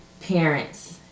parents